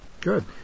good